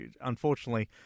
unfortunately